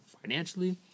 financially